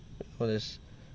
for this